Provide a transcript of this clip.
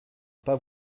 pas